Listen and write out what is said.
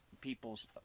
people's